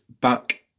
back